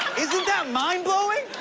isn't that mind-blowing?